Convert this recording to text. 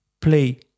play